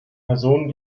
personen